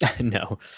No